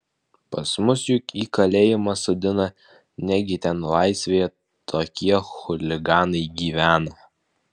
pas mus juk į kalėjimą sodina negi ten laisvėje tokie chuliganai gyvena